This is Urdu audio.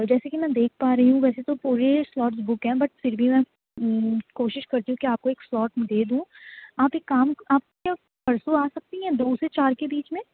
جیسے کہ میں دیکھ پا رہی ہوں ویسے تو پورے سلاٹ بک ہیں بٹ پھر بھی میں کوشش کرتی ہوں کہ آپ کو ایک سلاٹ دے دوں آپ ایک کام آپ کیا پرسوں آ سکتی ہیں دو سے چار کے بیچ میں